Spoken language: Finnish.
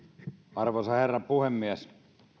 arvoisa herra puhemies